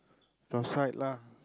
your side lah